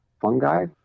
fungi